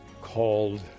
called